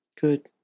good